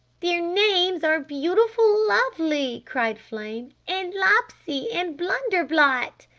their names are beautiful-lovely! cried flame. and lopsy! and blunder-blot!